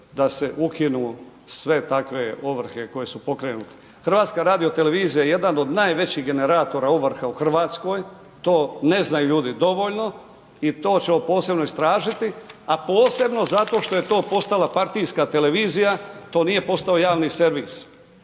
da se ukinu sve takve ovrhe koje su pokrenute. HRT jedan od najvećih generatora ovrha u Hrvatskoj, to ne znaju ljudi dovoljno i to ćemo posebno istražiti a posebno zato što je to postala partijska televizija, to nije postao javni servis.